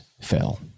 fell